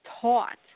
taught